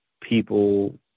people